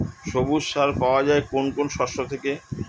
সবুজ সার পাওয়া যায় কোন কোন শস্য থেকে?